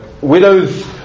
widows